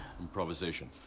improvisation